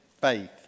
faith